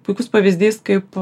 puikus pavyzdys kaip